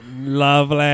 lovely